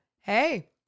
hey